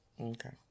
Okay